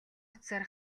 утсаар